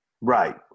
right